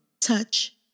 touch